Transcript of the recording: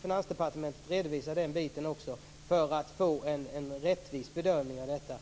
Finansdepartementet bör redovisa den biten också för att få en rättvis bedömning av detta.